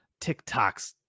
Tiktoks